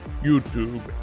YouTube